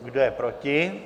Kdo je proti?